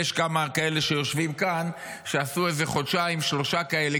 יש כמה כאלה שיושבים כאן שעשו איזה חודשיים-שלושה כאלה,